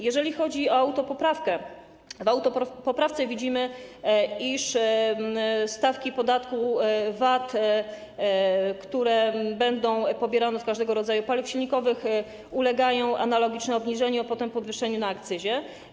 Jeżeli chodzi o autopoprawkę, to widzimy w niej, iż stawki podatku VAT, które będą pobierane od każdego rodzaju paliw silnikowych, ulegają analogicznemu obniżeniu, a potem podwyższeniu na akcyzie.